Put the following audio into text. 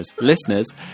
listeners